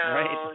right